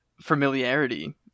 familiarity